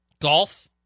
golf